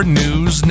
news